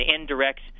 indirect